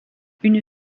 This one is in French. une